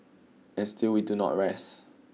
and still we do not rest